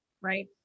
Right